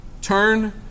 Turn